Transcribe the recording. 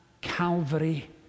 Calvary